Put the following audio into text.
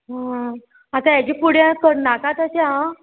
आतां हेजे फुडें करनाका तशें आं